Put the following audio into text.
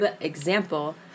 example